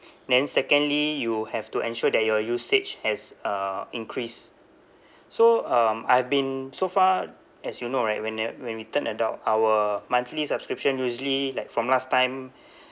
then secondly you have to ensure that your usage has uh increased so um I've been so far as you know right whene~ when we turned adult our monthly subscription usually like from last time